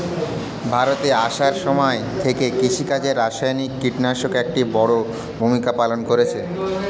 ভারতে আসার সময় থেকে কৃষিকাজে রাসায়নিক কিটনাশক একটি বড়ো ভূমিকা পালন করেছে